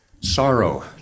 sorrow